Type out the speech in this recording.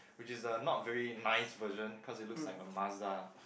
which is a not very nice version cause it look like a Mazda